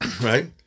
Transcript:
right